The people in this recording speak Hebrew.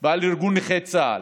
ועל ארגון נכי צה"ל.